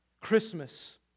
Christmas